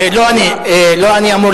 האם אדוני יודע